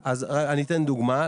נניח עכשיו, אני אתן דוגמא.